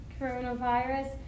coronavirus